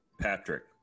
patrick